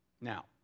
Now